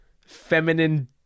feminine